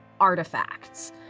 artifacts